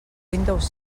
windows